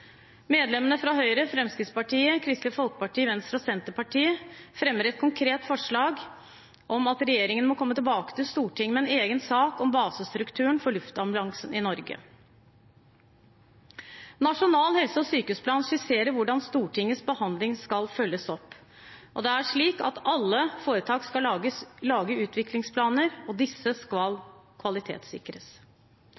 Medlemmene fra Høyre, Fremskrittspartiet, Kristelig Folkeparti, Venstre og Senterpartiet fremmer et konkret forslag om at regjeringen må komme tilbake til Stortinget med en egen sak om basestrukturen for luftambulansen i Norge. Nasjonal helse- og sykehusplan skisserer hvordan Stortingets behandling skal følges opp, og det er slik at alle foretak skal lage utviklingsplaner, og disse skal